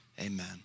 amen